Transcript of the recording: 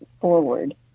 forward